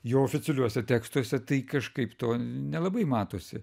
jo oficialiuose tekstuose tai kažkaip nelabai matosi